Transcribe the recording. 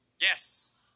yes